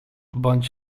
bądź